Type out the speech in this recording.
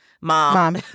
mom